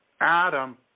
Adam